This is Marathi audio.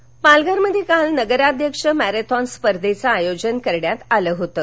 रुपर्धा पालघर पालघर मध्ये काल नगराध्यक्ष मॅरेथॉन स्पर्धेचं आयोजन करण्यात आलं होतं